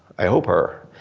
i hope her.